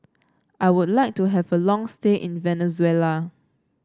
I would like to have a long stay in Venezuela